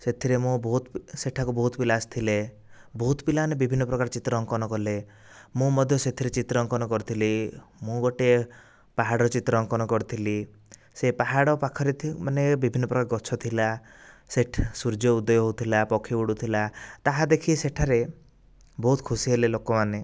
ସେଥିରେ ମୁଁ ବହୁତ ସେଠାକୁ ବହୁତ ପିଲା ଆସିଥିଲେ ବହୁତ ପିଲାମାନେ ବିଭିନ୍ନ ପ୍ରକାରର ଚିତ୍ର ଅଙ୍କନ କଲେ ମୁଁ ମଧ୍ୟ ସେଥିରେ ଚିତ୍ର ଅଙ୍କନ କରିଥିଲି ମୁଁ ଗୋଟିଏ ପାହାଡ଼ର ଚିତ୍ର ଅଙ୍କନ କରିଥିଲି ସେ ପାହାଡ଼ ପାଖରେ ମାନେ ବିଭିନ୍ନ ପ୍ରକାରର ଗଛ ଥିଲା ସେଠି ସୂର୍ଯ୍ୟ ଉଦୟ ହେଉଥିଲା ପକ୍ଷୀ ଉଡ଼ୁଥିଲା ତାହା ଦେଖି ସେଠାରେ ବହୁତ ଖୁସି ହେଲେ ଲୋକମାନେ